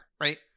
Right